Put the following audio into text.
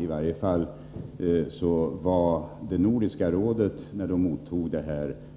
I varje fall var ledamöterna i Nordiska rådet, när de mottog